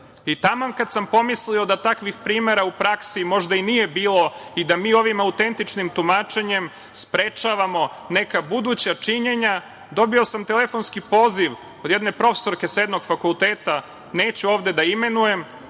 kad sam pomislio da takvih primera u praksi možda i nije bilo i da mi ovim autentičnim tumačenjem sprečavamo neka buduća činjenja, dobio sam telefonski poziv od jedne profesorke sa jednog fakulteta, neću ovde da imenujem,